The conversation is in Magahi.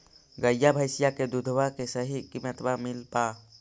गईया भैसिया के दूधबा के सही किमतबा मिल पा?